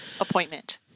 appointment